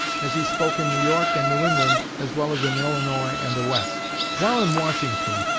as he spoke in new york and new england as well as in illinois and the west. while in washington,